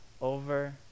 over